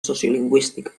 sociolingüística